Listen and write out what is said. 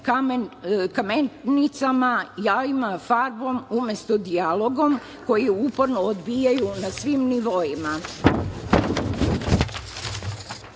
kamenicama, jajima, farbom umesto dijalogom koji uporno odbijaju na svim nivoima. Teško